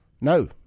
No